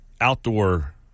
outdoor